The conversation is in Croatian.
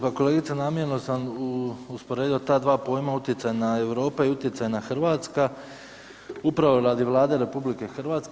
Pa kolegice, namjerno sam usporedio ta dva pojma utjecajna Europa i utjecajna RH, upravo radi Vlade RH.